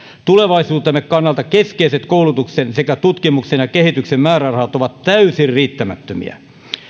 tulevaisuutemme kannalta keskeiset koulutuksen sekä tutkimuksen ja kehityksen määrärahat ovat täysin riittämättömiä